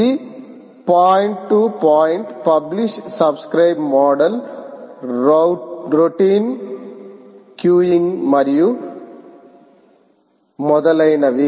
ఇది point to point publish subscribe model routine queuing మరియు మొదలైనవి